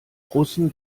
russen